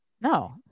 No